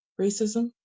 racism